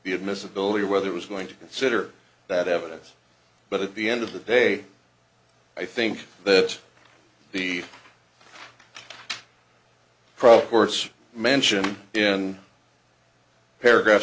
admissability whether it was going to consider that evidence but at the end of the day i think that the crosswords mention in paragraph